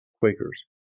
Quakers